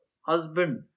husband